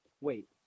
Wait